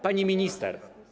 Pani Minister!